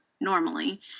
normally